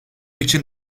için